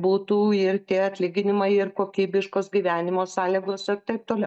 būtų ir tie atlyginimai ir kokybiškos gyvenimo sąlygos ir taip toliau